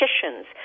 politicians